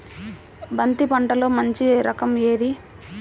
బంతి పంటలో మంచి రకం ఏది?